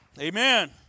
Amen